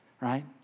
Right